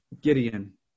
Gideon